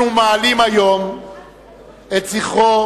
אנחנו מעלים היום את זכרו